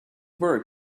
work